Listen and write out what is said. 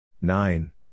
Nine